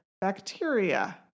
bacteria